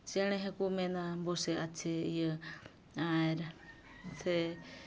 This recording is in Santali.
ᱪᱮᱬᱮ ᱦᱚᱸ ᱠᱚ ᱢᱮᱱᱟ ᱵᱚᱥᱮ ᱟᱪᱷᱮ ᱤᱭᱟᱹ ᱟᱨ ᱥᱮ